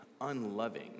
unloving